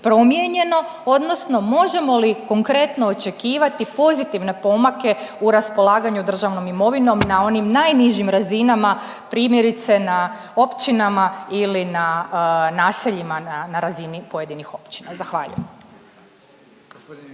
odnosno možemo li konkretno očekivati pozitivne pomake u raspolaganju državnom imovinom na onim najnižim razinama primjerice na općinama ili na naseljima na razini pojedinih općina? Zahvaljujem.